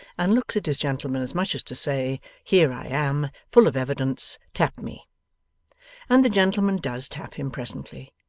and looks at his gentleman as much as to say here i am full of evidence tap me and the gentleman does tap him presently,